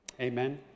Amen